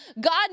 God